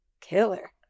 Killer